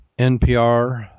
NPR